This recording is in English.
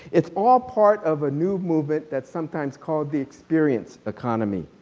it all part of a new movement that sometimes calls the experience economy.